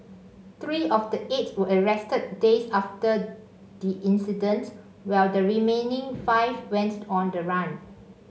three of the eight were arrested days after the incident while the remaining five went on the run